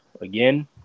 again